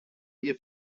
ihr